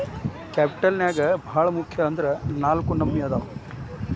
capital ನ್ಯಾಗ್ ಭಾಳ್ ಮುಖ್ಯ ಅಂದ್ರ ನಾಲ್ಕ್ ನಮ್ನಿ ಅದಾವ್